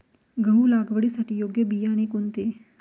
गहू लागवडीसाठी योग्य बियाणे कोणते?